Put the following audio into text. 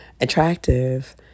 attractive